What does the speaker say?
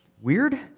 weird